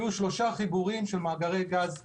יהיו שלושה חיבורים של מאגרי גז ליבשה,